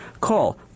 Call